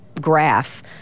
graph